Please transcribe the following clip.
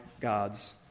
God's